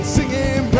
Singing